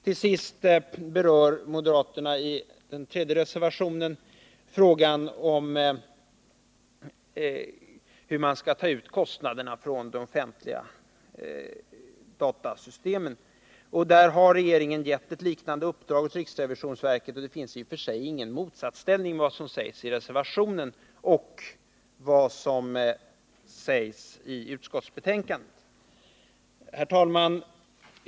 Till sist berör moderaterna i den tredje reservationen prissättningen vid informationsuttag ur de offentliga datasystemen. Regeringen har i denna fråga givit ett uppdrag till riksrevisionsverket, och det finns i och för sig ingen motsatsställning mellan vad som sägs i reservationen och vad som sägs i utskottsbetänkandet. Herr talman!